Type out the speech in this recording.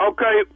Okay